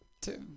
two